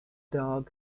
dog